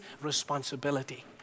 responsibility